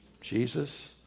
Jesus